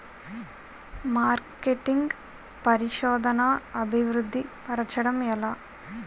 marketing పరిశోధనదా అభివృద్ధి పరచడం ఎలా